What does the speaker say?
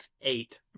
Eight